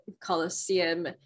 Colosseum